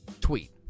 Tweet